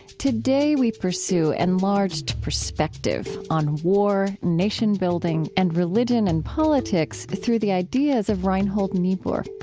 today, we pursue enlarged perspective on war, nation-building, and religion and politics through the ideas of reinhold niebuhr.